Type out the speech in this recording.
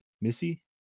Missy